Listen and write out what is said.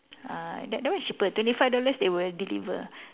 ah that that one is cheaper twenty five dollars they will deliver